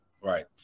Right